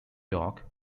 york